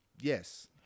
yes